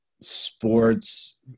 sports